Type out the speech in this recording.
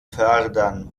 fördern